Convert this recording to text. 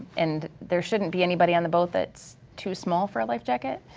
and there shouldn't be anybody on the boat that's too small for a life jacket.